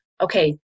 okay